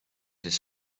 his